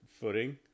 footing